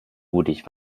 mutig